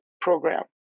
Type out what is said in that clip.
program